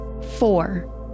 Four